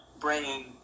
bringing